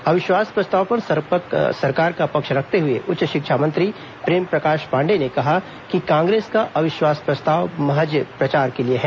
अविश्वास प्रस्ताव पर सरकार का पक्ष रखते हुए उच्च शिक्षा मंत्री प्रेमप्रकाश पांडेय ने कहा कि कांग्रेस का अविश्वास प्रस्ताव महज प्रचार के लिए है